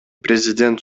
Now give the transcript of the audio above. президент